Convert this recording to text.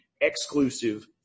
exclusive